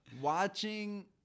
Watching